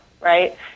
right